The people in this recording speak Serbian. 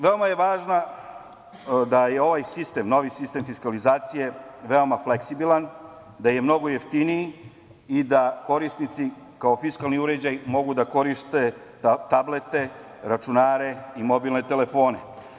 Veoma je važno da je ovaj sistem, novi sistem fiskalizacije veoma fleksibilan, da je mnogo jeftiniji i da korisnici kao fiskalni uređaj mogu da koriste tablete, računare i mobilne telefone.